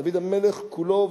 דוד המלך כולו.